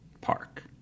park